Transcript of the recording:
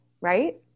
right